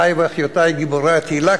אחי ואחיותי גיבורי התהילה,